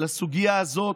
לסוגיה הזו